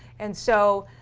and so